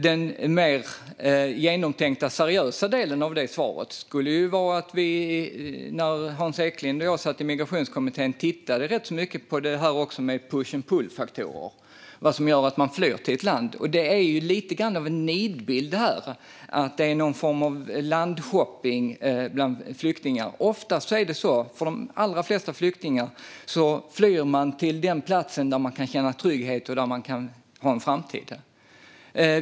Den mer genomtänkta, seriösa delen av svaret skulle vara att vi, när Hans Eklind och jag satt i Migrationskommittén, tittade rätt så mycket på detta med push och pull-faktorer - vad som gör att man flyr till ett land. Det är lite av en nidbild att det förekommer någon form av landshopping bland flyktingar. De allra flesta flyktingar flyr till den plats där de kan känna trygghet och där de kan ha en framtid.